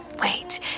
Wait